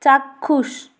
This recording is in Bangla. চাক্ষুষ